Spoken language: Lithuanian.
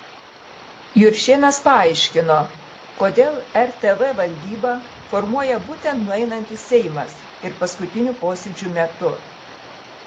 juršėnas paaiškino kodėl rtv valdybą formuoja būtent nueinantis seimas ir paskutinių posėdžių metu